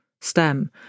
stem